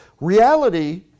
reality